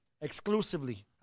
exclusively